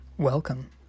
Welcome